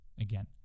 again